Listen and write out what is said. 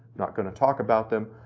not gonna talk about them,